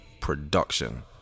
Production